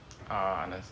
ah unders~